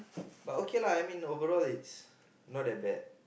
but okay lah I mean overall it's not that bad